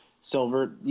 silver